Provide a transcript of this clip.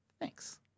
Thanks